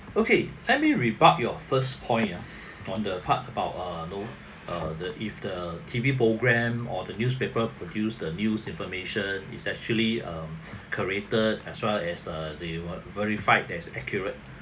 okay let me rebuke your first point ya from the part about uh you know uh the if the T_V programme or the newspaper produce the news information is actually um curated as well as err they wer~ verified as accurate